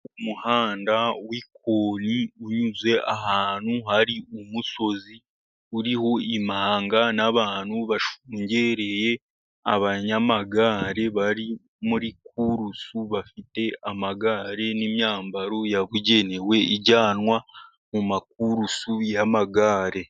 Umuhanda w'ikoni unyuze ahantu hari umusozi uriho imanga n'abantu bashungereye, abanyamagare bari muri kurusi. Bafite amagare n'imyambaro yabugenewe ijyanwa mu makurusi y'amagare.